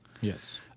yes